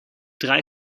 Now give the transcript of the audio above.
drei